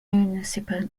municipal